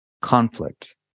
conflict